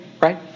right